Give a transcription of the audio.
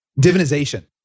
divinization